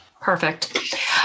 Perfect